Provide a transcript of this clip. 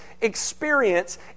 experience